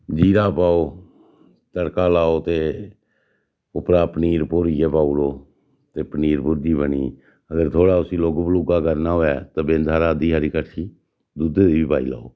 जीरा पाओ तड़का लाओ ते उप्परा पनीर पोरियै पाउड़ो ते पनीर भुर्जी बनी गेई अगर थोह्ड़ा उसी लोक्क पलुगा करना होवै ते बिंद हारा अद्धी हारी कड़छी दुद्धै दी बी पाई लैओ